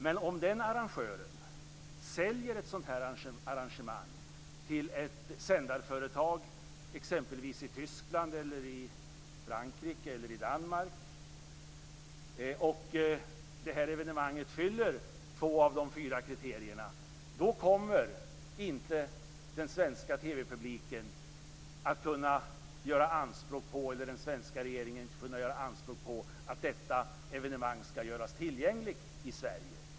Men om den arrangören säljer ett sådant arrangemang till ett sändarföretag exempelvis i Tyskland, i Frankrike eller i Danmark och det evenemanget fyller två av de fyra kriterierna kommer inte den svenska regeringen kunna göra anspråk på att detta evenemang skall göras tillgängligt i Sverige.